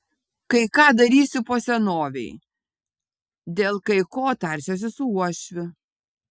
kai ką darysiu po senovei dėl kai ko tarsiuosi su uošviu